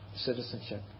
citizenship